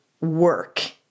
work